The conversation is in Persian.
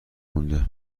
مونده